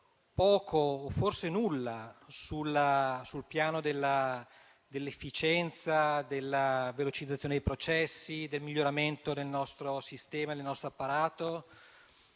poco o forse nulla sul piano dell'efficienza, della velocizzazione dei processi e del miglioramento del nostro sistema e del nostro apparato.